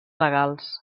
legals